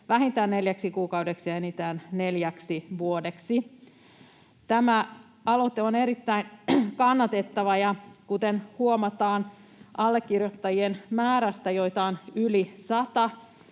vähintään neljäksi kuukaudeksi ja enintään neljäksi vuodeksi. Tämä aloite on erittäin kannatettava, kuten huomataan allekirjoittajien määrästä, joka on yli sata,